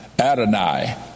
Adonai